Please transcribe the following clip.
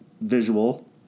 visual